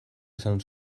esan